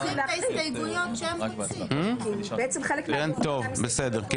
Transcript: טוב, בסדר.